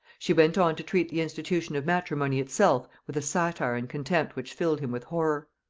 she went on to treat the institution of matrimony itself with a satire and contempt which filled him with horror.